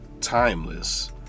Timeless